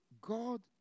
God